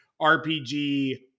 RPG